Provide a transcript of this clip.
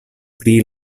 pri